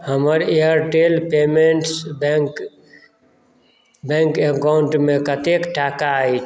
हमर Airtel payments bank bank अकाउंटमे कतेक टाका छै